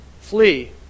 Flee